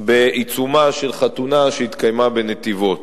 בעיצומה של חתונה שהתקיימה בנתיבות.